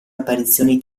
apparizioni